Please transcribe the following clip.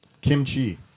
kimchi